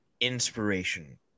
inspiration